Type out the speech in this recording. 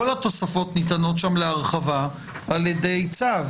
כל התוספות ניתנות שם להרחבה על ידי צו.